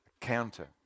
counter